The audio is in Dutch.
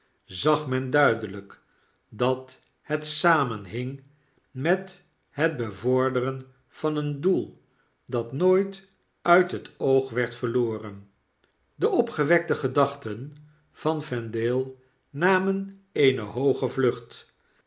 zag men duidelyk dat het samenhing met het bevorderen van een doel dat nooit uit het oog werd verloren de opgewekte gedachten van vendale namen eene hooge vlucht